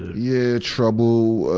yeah, trouble,